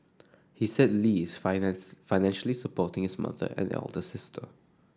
he said Lee is financially supporting his mother and elder sister